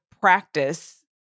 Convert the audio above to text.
practice